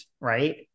right